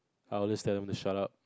I'll just tell them to shut up